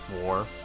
war